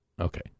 Okay